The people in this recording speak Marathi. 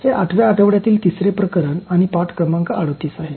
हे आठव्या आठवड्यातील तिसरे प्रकरण आणि पाठ क्रमांक ३८ आहे